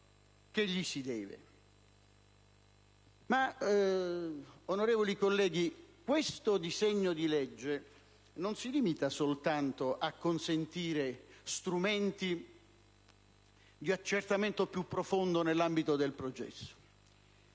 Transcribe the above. Ma, onorevoli colleghi, questo disegno di legge non si limita soltanto a consentire strumenti di accertamento più profondo nell'ambito del processo.